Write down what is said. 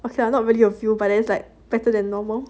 okay lah not really a view but then it's like better than normal